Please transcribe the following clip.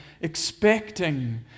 expecting